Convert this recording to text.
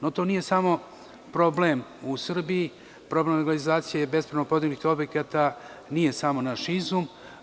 No, to nije samo problem u Srbiji, problem legalizacije bespravno podignutih objekata nije samo naš izum.